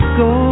go